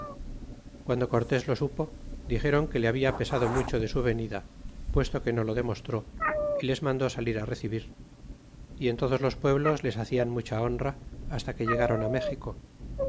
guando cortes lo supo dixéron que le habla pesado mucho de su venida puesto que no lo demostró y les mandó salir ti recebir y en todos los pueblos les hacian mucha honra hasta que llegaron timéxico